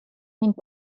ning